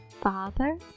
father